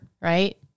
right